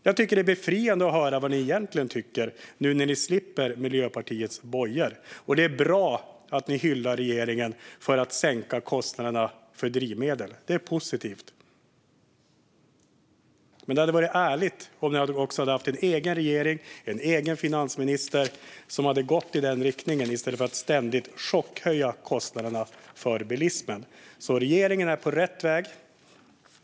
Jag tycker att det är befriande att höra vad ni egentligen tycker, nu när ni slipper Miljöpartiets bojor. Det är bra att ni hyllar regeringen för att den sänker kostnaderna för drivmedel. Det är positivt. Men det hade varit ärligt om ni också hade haft en egen regering och en egen finansminister som gått i den riktningen i stället för att ständigt chockhöja kostnaderna för bilismen. Regeringen är på rätt väg.